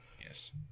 Yes